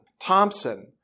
thompson